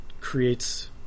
creates